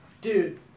Dude